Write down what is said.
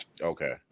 Okay